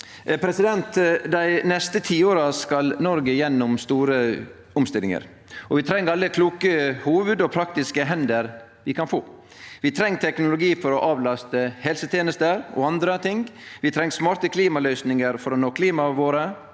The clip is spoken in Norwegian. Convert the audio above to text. Dei neste tiåra skal Noreg gjennom store omstillingar. Vi treng alle kloke hovud og praktiske hender vi kan få. Vi treng teknologi for å avlaste helsetenester og andre ting, vi treng smarte klimaløysingar for å nå klimamåla våre,